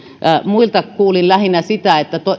muilta kuulin lähinnä sitä että